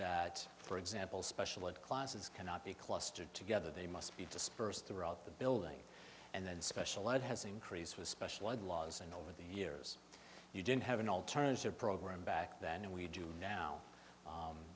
that for example special ed classes cannot be clustered together they must be dispersed throughout the building and then special ed has increased with special ed laws and over the years you didn't have an alternative program back then and we do now